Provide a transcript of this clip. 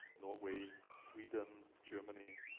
norway, sweden, germany,